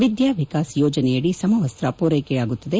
ವಿದ್ಯಾವಿಕಾಸ್ ಯೋಜನೆಯಡಿ ಸಮವಸ್ತ ಪೂರೈಕೆಯಾಗುತ್ತಿದೆ